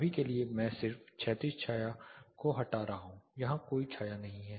अभी के लिए मैं सिर्फ क्षैतिज छाया को हटा रहा हूं यहां कोई छाया नहीं है